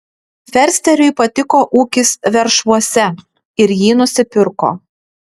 fersteriui patiko ūkis veršvuose ir jį nusipirko